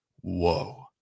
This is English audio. Whoa